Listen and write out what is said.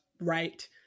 right